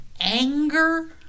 anger